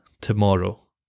tomorrow